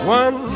one